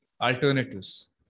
alternatives